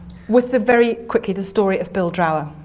with the. very quickly, the story of bill drower.